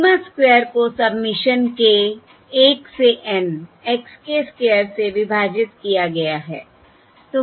sigma square को submission k 1 से N x k square से विभाजित किया गया है